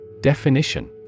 Definition